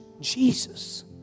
Jesus